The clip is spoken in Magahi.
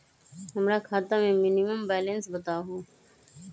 हमरा खाता में मिनिमम बैलेंस बताहु?